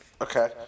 Okay